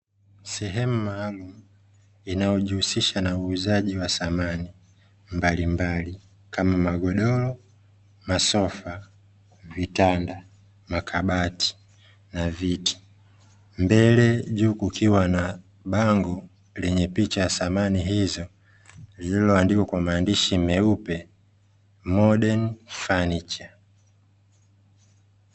Sehemu maalum inayojihusisha na uuzaji wa samani mbalimbali kama magodoro, masofa, vitanda, makabati na viti. Mbele juu kukiwa na bango lenye picha ya samani hizo lilioandikwa kwa maandish meupe 'odern furniture'.